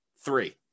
three